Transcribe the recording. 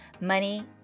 money